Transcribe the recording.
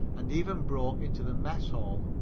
and even broke into the mess hall,